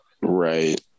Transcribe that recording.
right